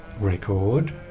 record